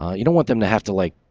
you don't want them to have to, like,